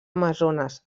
amazones